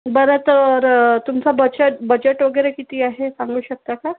बरं तर तुमचा बचट बजेट वगैरे किती आहे सांगू शकता का